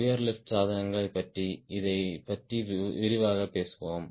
உயர் லிப்ட் சாதனங்களைப் பற்றி இதைப் பற்றி விரிவாகப் பேசுவோம்